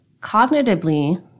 cognitively